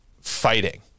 fighting